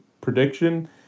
prediction